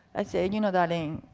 i said, you know darling,